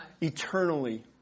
eternally